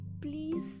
Please